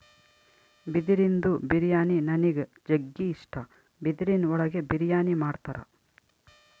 ಬಿದಿರಿಂದು ಬಿರಿಯಾನಿ ನನಿಗ್ ಜಗ್ಗಿ ಇಷ್ಟ, ಬಿದಿರಿನ್ ಒಳಗೆ ಬಿರಿಯಾನಿ ಮಾಡ್ತರ